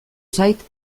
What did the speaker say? zait